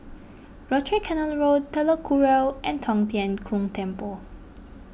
Rochor Canal Road Telok Kurau and Tong Tien Kung Temple